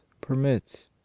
permits